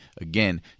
again